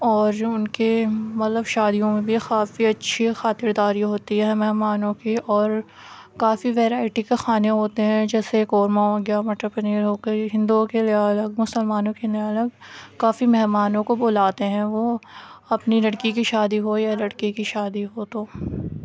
اور ان کے مطلب شادیوں میں بھی کافی اچھی خاطر داری ہوتی ہے مہمانوں کی اور کافی ویرائٹی کے کھانے ہوتے ہیں جیسے قورمہ ہو گیا مٹر پنیر ہو گئی ہندؤوں کے لیے الگ مسلمانوں کے لیے الگ کافی مہمانوں کو بلاتے ہیں وہ اپنی لڑکی کی شادی ہو یا لڑکے کی شادی ہو تو